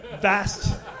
vast